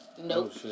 Nope